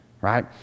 right